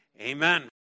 Amen